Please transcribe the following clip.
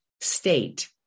state